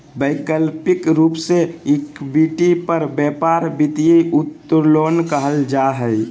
वैकल्पिक रूप से इक्विटी पर व्यापार वित्तीय उत्तोलन कहल जा हइ